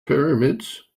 pyramids